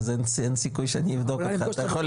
אז אין סיכוי שאני אבדוק אותך,